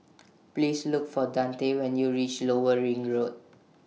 Please Look For Dante when YOU REACH Lower Ring Road